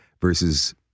versus